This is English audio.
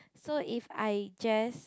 so if I just